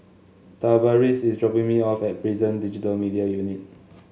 Tavaris is dropping me off at Prison Digital Media Unit